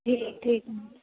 जी ठीक है